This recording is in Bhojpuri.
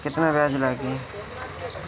केतना ब्याज लागी?